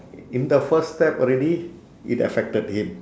in the first step already it affected him